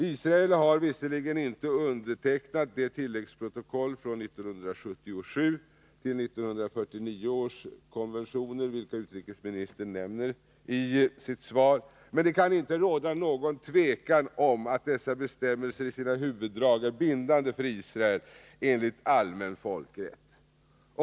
Israel har visserligen inte undertecknat de tilläggsprotokoll från 1977 till 1949 års konventioner, vilka utrikesministern nämner i sitt svar, men det kan inte råda något tvivel om att dessa bestämmelser i sina huvuddrag är bindande för Israel enligt allmän folkrätt.